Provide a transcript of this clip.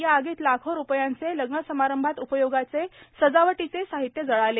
या आगीत लाखो रुपयांचे लग्न समारंभात उपयोगाचे सजावटीचे साहित्य जळाले